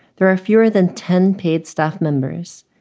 there are fewer than ten paid staff members.